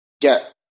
get